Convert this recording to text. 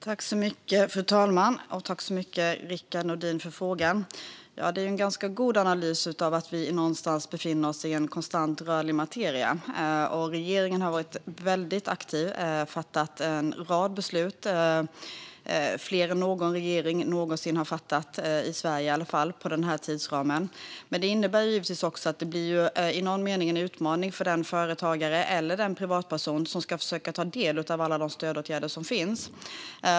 Fru talman! Tack så mycket, Rickard Nordin, för frågan! Det är en ganska god analys att vi någonstans befinner oss i en konstant rörlig materia. Regeringen har varit väldigt aktiv och fattat en rad beslut, fler än någon regering i Sverige någonsin har fattat inom denna tidsram. Men det innebär givetvis också att det i någon mening blir en utmaning för den företagare eller privatperson som ska försöka ta del av alla de stödåtgärder som finns.